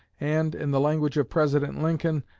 and, in the language of president lincoln,